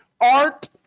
Art